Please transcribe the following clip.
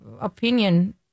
opinion